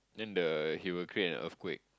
then the he will create an earthquake